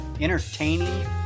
entertaining